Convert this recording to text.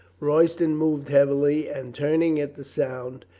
royston moved heavily and, turning at the sound,